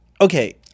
okay